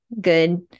good